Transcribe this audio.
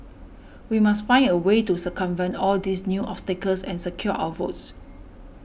we must find a way to circumvent all these new obstacles and secure our votes